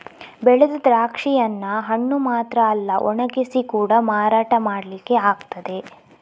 ಬೆಳೆದ ದ್ರಾಕ್ಷಿಯನ್ನ ಹಣ್ಣು ಮಾತ್ರ ಅಲ್ಲ ಒಣಗಿಸಿ ಕೂಡಾ ಮಾರಾಟ ಮಾಡ್ಲಿಕ್ಕೆ ಆಗ್ತದೆ